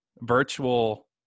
virtual